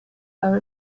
are